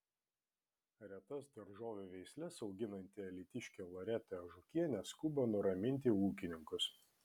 retas daržovių veisles auginanti alytiškė loreta ažukienė skuba nuraminti ūkininkus